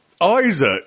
Isaac